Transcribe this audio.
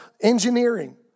engineering